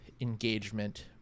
engagement